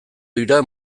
dira